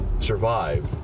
Survive